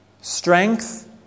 strength